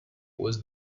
was